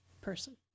person